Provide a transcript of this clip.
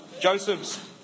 Joseph's